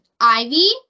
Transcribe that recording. Ivy